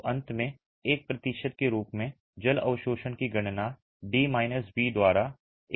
तो अंत में एक प्रतिशत के रूप में जल अवशोषण की गणना डी माइनस बी द्वारा 100 बी में की जाती है